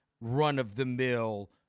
run-of-the-mill